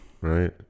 Right